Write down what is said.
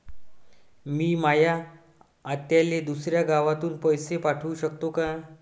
मी माया आत्याले दुसऱ्या गावातून पैसे पाठू शकतो का?